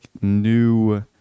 new